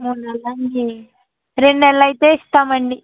మూడు నెలలా అండి రెండు నెలలు అయితే ఇస్తాం అండి